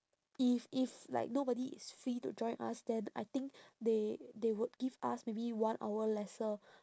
if if like nobody is free to join us then I think they they would give us maybe one hour lesser